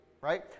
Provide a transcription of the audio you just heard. right